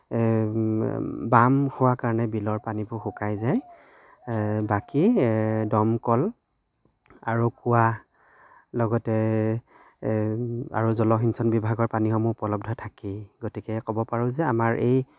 বাম হোৱাৰ কাৰণে বিলৰ পানীবোৰ শুকাই যায় বাকী দমকল আৰু কুঁৱা লগতে আৰু জলসিঞ্চন বিভাগৰ পানীসমূহ উপলব্ধ থাকেই গতিকে ক'ব পাৰোঁ যে আমাৰ এই